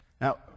Now